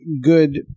good